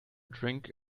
drink